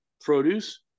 produce